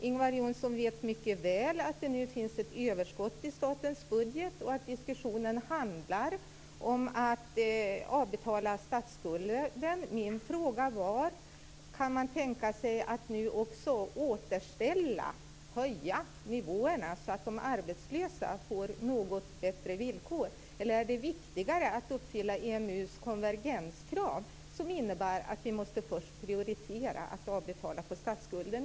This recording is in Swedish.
Ingvar Johnsson vet mycket väl att det nu finns ett överskott i statens budget och att diskussionen handlar om att avbetala statsskulden. Min fråga var: Kan man tänka sig att nu också återställa, dvs. höja, nivåerna så att de arbetslösa får något bättre villkor? Eller är det viktigare att uppfylla EMU:s konvergenskrav, som innebär att vi först måste prioritera avbetalningen på statsskulden?